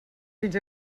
fins